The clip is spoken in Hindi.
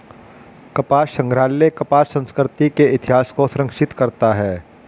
कपास संग्रहालय कपास संस्कृति के इतिहास को संरक्षित करता है